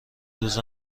روز